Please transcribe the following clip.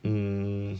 mm